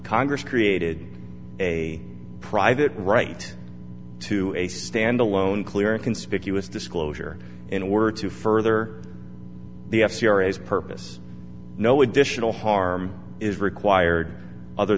congress created a private right to a standalone clear and conspicuous disclosure in order to further the f series purpose no additional harm is required other